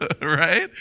right